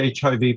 HIV